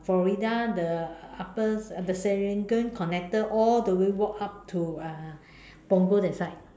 Florida the upper the Serangoon connector all the way walk up to uh Punggol that side